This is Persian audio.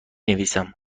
نویسم